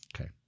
Okay